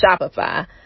Shopify